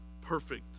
perfect